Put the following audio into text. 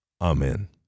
Amen